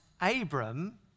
Abram